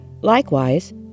Likewise